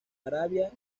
arabia